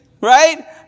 Right